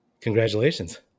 Congratulations